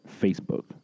Facebook